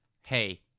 hey